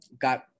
got